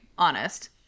honest